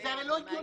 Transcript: זה הרי לא הגיוני.